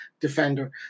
Defender